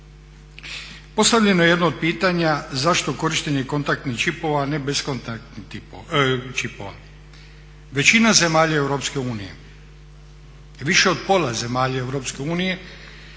Postavljeno je jedno od pitanja zašto korištenje kontaktnih čipova a ne bezkontaktnih čipova. Većina zemalja Europske unije, više od pola zemalja